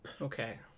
Okay